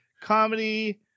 comedy